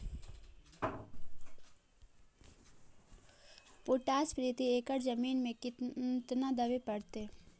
Potash प्रति एकड़ जमीन में केतना देबे पड़तै?